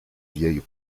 vieilles